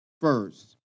first